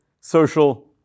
social